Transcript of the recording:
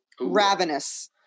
Ravenous